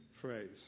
phrase